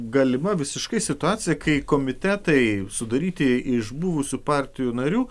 galima visiškai situacija kai komitetai sudaryti iš buvusių partijų narių